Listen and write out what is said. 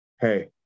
hey